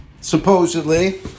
supposedly